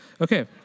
Okay